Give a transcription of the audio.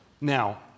Now